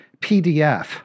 PDF